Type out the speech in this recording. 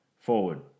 forward